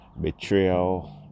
betrayal